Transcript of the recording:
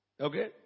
Okay